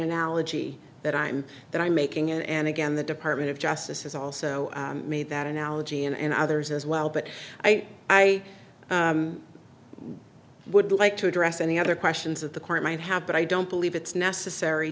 analogy that i'm that i'm making and again the department of justice has also made that analogy and others as well but i i would like to address any other questions of the court might have but i don't believe it's necessary